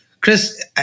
Chris